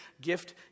gift